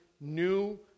new